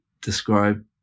describe